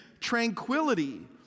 tranquility